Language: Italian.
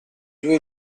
due